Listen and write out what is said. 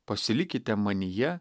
pasilikite manyje